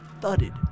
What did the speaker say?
thudded